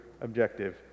objective